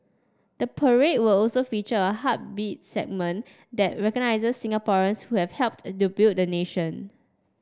the parade will also feature a Heartbeats segment that recognises Singaporeans who have helped to build the nation